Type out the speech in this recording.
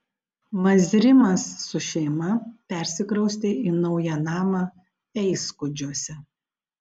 mazrimas su šeima persikraustė į naują namą eiskudžiuose